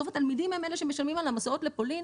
בסוף התלמידים הם אלה שמשלמים על המסעות לפולין.